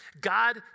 God